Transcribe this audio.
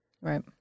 Right